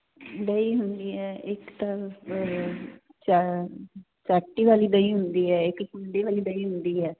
ਦਹੀਂ ਹੁੰਦੀ ਹ ਇਕ ਤਾਂ ਚਾ ਚਾਟੀ ਵਾਲੀ ਦਹੀ ਹੁੰਦੀ ਹੈ ਇਕ ਕੁੰਡੇ ਵਾਲੀ ਦਹੀਂ ਹੁੰਦੀ ਹੈ